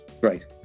Great